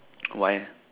why eh